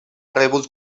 rebut